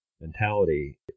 mentality